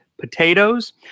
potatoes